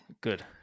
Good